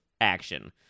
action